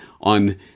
on